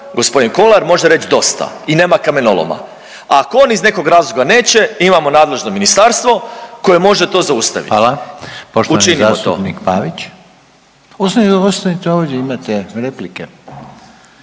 gospodin Kolar može reći dosta i nema kamenoloma, a ako on iz nekog razloga neće, mi imamo nadležno ministarstvo koje može to zaustaviti. …/Upadica: